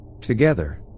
Together